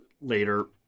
later